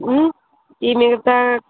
ఈ మిగతా